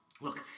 Look